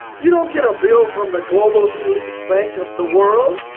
you don't get a bill from the global elite bank of the world